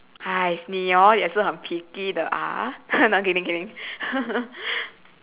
!hais! 你 hor 也是很 picky 的啊 no kidding kidding